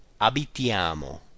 abitiamo